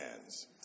hands